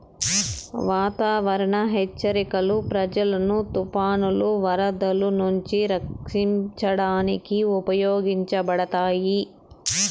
వాతావరణ హెచ్చరికలు ప్రజలను తుఫానులు, వరదలు నుంచి రక్షించడానికి ఉపయోగించబడతాయి